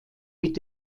mit